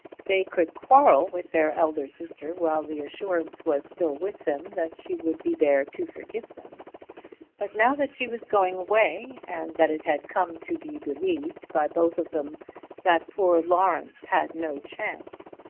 they could quarrel with their elder sister while the assurance was still with them that she would be there to forgive them but now that she was going away and that it had come to be believed by both of them that poor lawrence had no chance,